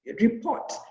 report